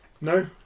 No